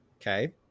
Okay